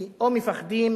או כי מפחדים